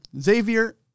Xavier